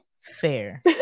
Fair